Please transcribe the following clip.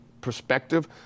perspective